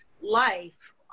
life